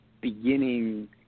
beginning